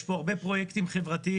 יש פה הרבה פרויקטים חברתיים,